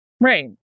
Right